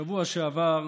בשבוע שעבר,